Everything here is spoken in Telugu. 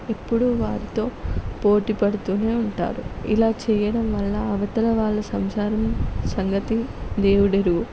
ఎప్పుడూ వారితో పోటీ పడుతూనే ఉంటారు ఇలా చేయడం వల్ల అవతల వాళ్ళ సంసారం సంగతి దేవుడెరుగు